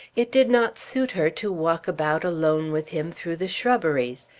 it did not suit her to walk about alone with him through the shrubberies.